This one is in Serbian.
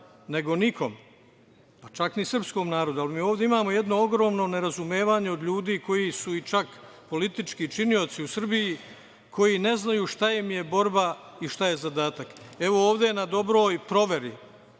nego nikom, pa čak ni srpskom narodu. Ali, mi ovde imamo jedno ogromno nerazumevanje od ljudi koji su čak i politički činioci u Srbiji koji ne znaju šta je im je borba i šta je zadatak. Evo, ovde je na dobroj proveri